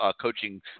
coaching